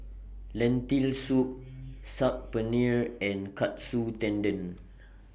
Lentil Soup Saag Paneer and Katsu Tendon